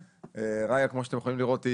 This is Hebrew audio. כמו שאתם יכולים לראות,